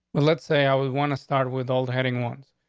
well, let's say i would want to start with old heading ones.